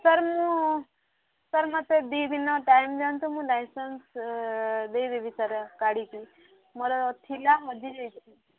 sir ମୁଁ sir ମୋତେ ଦୁଇ ଦିନ ଟାଇମ୍ ଦିଅନ୍ତୁ ମୁଁ ଲାଇସେନ୍ସ୍ ଦେଇ ଦେବି ସାର୍ କାଢ଼ିକି ମୋର ଥିଲା ହଜି ଯାଇଛି